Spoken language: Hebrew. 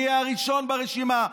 מי יהיה הראשון ברשימה,